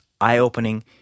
eye-opening